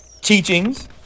teachings